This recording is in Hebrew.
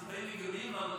יש לנו גם הסברים הגיוניים.